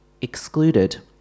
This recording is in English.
excluded